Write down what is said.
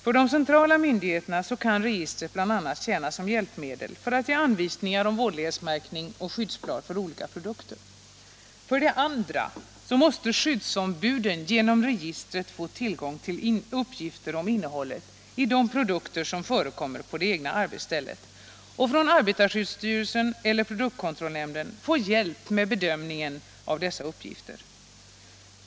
För de centrala myndigheterna kan registret bl.a. tjäna som hjälpmedel för att ge anvisningar om vådlighetsmärkning och skyddsblad för olika produkter. För det andra måste skyddsombuden genom registret få tillgång till uppgifter om innehållet i de produkter som förekommer på det egna arbetsstället och från arbetarskyddsstyrelsen eller produktkontrollnämnden få hjälp med bedömningen av dessa uppgifter.